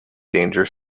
danger